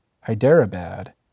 Hyderabad